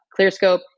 ClearScope